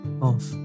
off